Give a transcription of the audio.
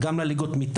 גם עממי.